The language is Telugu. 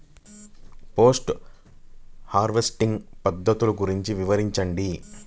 పోస్ట్ హార్వెస్టింగ్ పద్ధతులు గురించి వివరించండి?